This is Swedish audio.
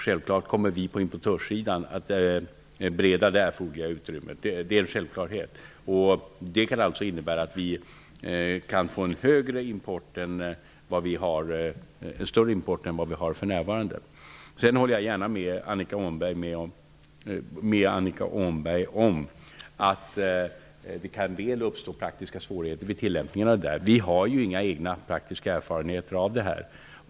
Självklart kommer vi på importörsidan att bredda det erfoderliga utrymmet. Det är en självklarhet. Det kan alltså innebära att vi kan få en större import än vi har för närvarande. Jag håller gärna med Annika Åhnberg om att det kan uppstå praktiska svårigheter vid tillämpningen. Vi har inga egna praktiska erfarenheter.